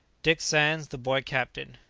dick sands the boy captain.